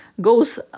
goes